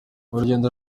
urugendo